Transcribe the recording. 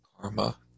karma